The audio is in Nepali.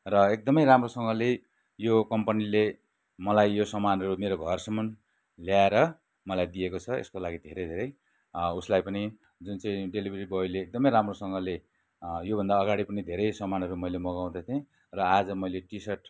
र एकदमै राम्रोसँगले यो कम्पनीले मलाई यो सामानहरू मेरो घरसम्म ल्याएर मलाई दिएको छ र यसको लागि धेरै धेरै उसलाई पनि जुन चाहिँ डेलिभरी बोयले एकदमै राम्रोसँगले योभन्दा अगाडि पनि धेरै समानहरू मैले मगाउँदै थिएँ र आज मैले टी सर्ट